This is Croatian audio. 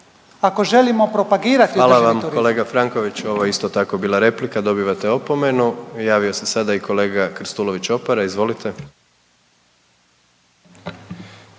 ako želimo propagirati državni turizam. **Jandroković, Gordan (HDZ)** Hvala vam kolega Franković, ovo je isto tako bila replika dobivate opomenu. Javio se sada i kolega Krstulović Opara, izvolite.